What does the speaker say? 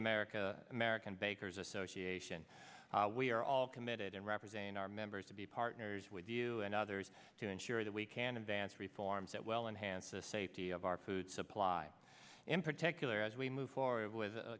america american bankers association we are all committed and representing our members to be partners with you and others to ensure that we can advance reforms that well and hansa safety of our food supply in particular as we move forward with